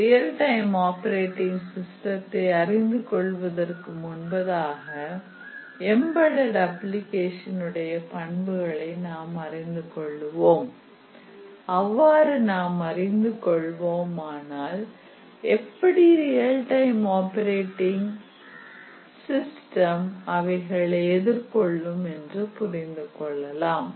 real time operating சிஸ்டத்தை அறிந்துகொள்வதற்கு முன்பதாக எம்பெட்டெட் அப்ளிகேஷன் உடைய பண்புகளை நாம் அறிந்து கொள்வோம் அவ்வாறு நாம் அறிந்து கொள்வோமானால் எப்படி ரியல் டைம் ஆப்பரேட்டிங் சிஸ்டம் அவைகளை எதிர்கொள்ளும் என்று புரிந்து கொள்ளலாம்